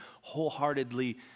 wholeheartedly